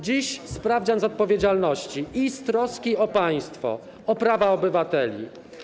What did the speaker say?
Dziś jest sprawdzian z odpowiedzialności i troski o państwo, o prawa obywateli.